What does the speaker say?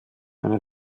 einer